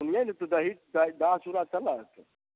सुनियै ने तऽ दही दही चूड़ा चलत